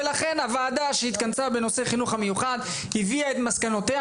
ולכן הוועדה שהתכנסה בנושא החינוך המיוחד הביאה את מסקנותיה